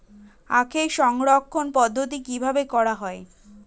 আখের সংরক্ষণ পদ্ধতি কিভাবে করা হয়?